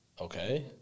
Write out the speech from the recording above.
Okay